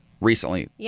recently